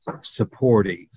supportive